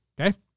Okay